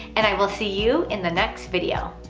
and i will see you in the next video.